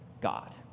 God